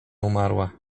umarła